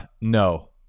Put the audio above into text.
no